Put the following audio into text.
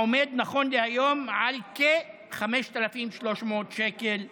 העומד נכון להיום על כ-5,300 שקל בחודש.